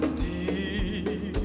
deep